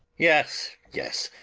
yes, yes,